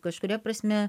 kažkuria prasme